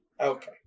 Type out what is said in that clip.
Okay